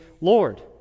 Lord